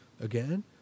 again